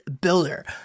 builder